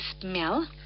smell